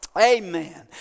amen